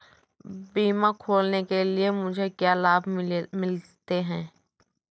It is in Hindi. बीमा खोलने के लिए मुझे क्या लाभ मिलते हैं?